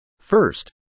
First